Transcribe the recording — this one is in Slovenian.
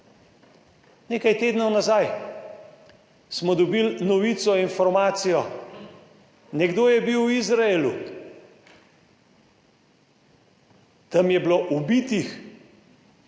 Nekaj tednov nazaj smo dobili novico, informacijo, nekdo je bil v Izraelu, tam je bilo ubitih